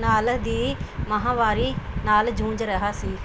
ਨਾਂ ਦੀ ਮਹਾਂ ਮਾਰੀ ਨਾਲ ਜੂਝ ਰਿਹਾ ਸੀ